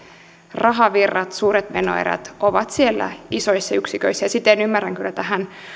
rahavirrat suuret menoerät ovat siellä isoissa yksiköissä siten ymmärrän kyllä tämän